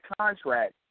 contract